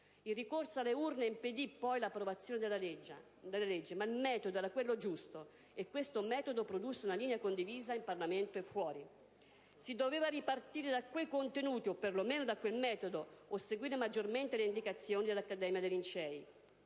Il ricorso alle urne impedì poi l'approvazione della legge. Ma il metodo era quello giusto. E questo metodo produsse una linea condivisa in Parlamento e fuori. Si doveva ripartire da quei contenuti o perlomeno da quel metodo, o seguire maggiormente le indicazioni dell'Accademia dei Lincei.